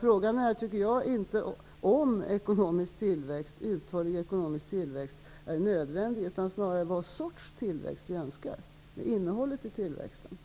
Frågan är inte, tycker jag, om uthållig ekonomisk tillväxt är nödvändig, utan snarare vad sorts tillväxt vi önskar. Det är innehållet i tillväxten